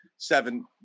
Seven